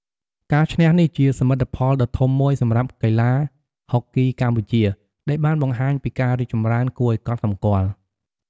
ការឈ្នះនេះជាសមិទ្ធផលដ៏ធំមួយសម្រាប់កីឡាហុកគីកម្ពុជា ដែលបានបង្ហាញពីការរីកចម្រើនគួរឲ្យកត់សម្គាល់។